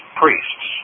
priests